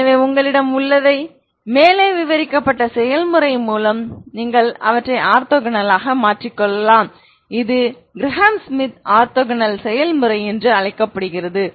எனவே உங்களிடம் உள்ளதை மேலே விவரிக்கப்பட்ட செயல்முறை மூலம் நீங்கள் அவற்றை ஆர்த்தோகனலாக மாற்றலாம் இது கிரஹாம் ஷ்மிட் ஆர்த்தோகனல் செயல்முறை என்று அழைக்கப்படுகிறது